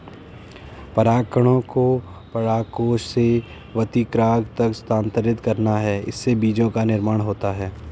परागकणों को परागकोश से वर्तिकाग्र तक स्थानांतरित करना है, इससे बीजो का निर्माण होता है